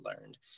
learned